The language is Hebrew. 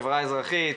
החברה האזרחית,